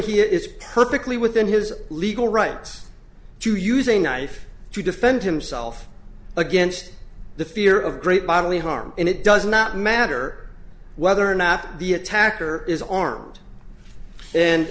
he is perfectly within his legal rights to using knife to defend himself against the fear of great bodily harm and it does not matter whether or not the attacker is armed and